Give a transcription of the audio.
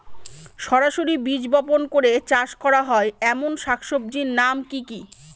সরাসরি বীজ বপন করে চাষ করা হয় এমন শাকসবজির নাম কি কী?